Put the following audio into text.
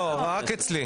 לא, רק אצלי.